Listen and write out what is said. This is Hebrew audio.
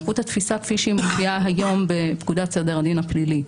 סמכות התפיסה כפי שהיא מופיעה היום בפקודת סדר הדין הפלילי,